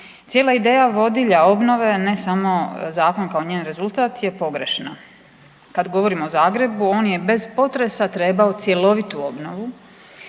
Cijela ideja vodilja obnove ne samo zakon kao njen rezultat je pogrešna. Kada govorimo o Zagrebu on je bez potresa trebao cjelovitu obnovu